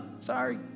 sorry